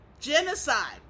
Genocide